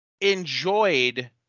enjoyed